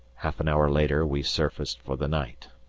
half an hour later we surfaced for the night.